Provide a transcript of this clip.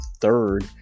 third